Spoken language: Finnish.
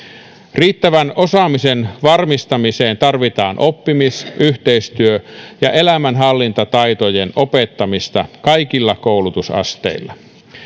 riittävän osaamisen varmistamiseen tarvitaan oppimis yhteistyö ja elämänhallintataitojen opettamista kaikilla koulutusasteilla